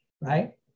right